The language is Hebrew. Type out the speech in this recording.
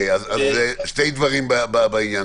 אז שני דברים בעניין.